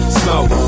smoke